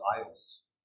idols